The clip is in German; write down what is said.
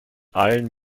allen